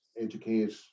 educate